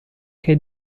che